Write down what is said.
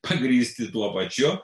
pagrįsti tuo pačiu